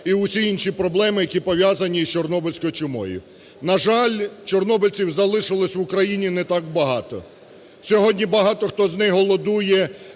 і усі інші проблеми, які пов'язані з чорнобильською чумою. На жаль, чорнобильців залишилося в Україні не так багато. Сьогодні багато хто з них голодує